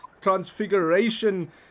Transfiguration